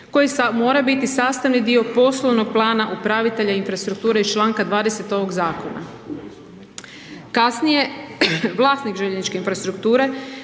koji mora biti sastavni dio poslovnog plana upravitelja infrastrukture iz čl. 20 ovog zakona. Kasnije, vlasnik željezničke infrastrukture